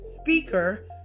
speaker